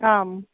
आं